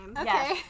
Okay